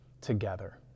together